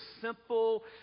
simple